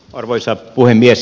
arvoisa puhemies